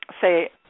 say